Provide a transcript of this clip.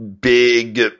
big